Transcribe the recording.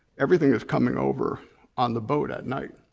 everything is coming over on the boat at night.